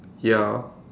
ya